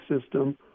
system